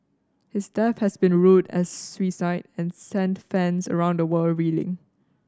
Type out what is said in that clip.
his death has been ruled a suicide and sent fans around the world reeling